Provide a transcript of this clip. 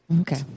Okay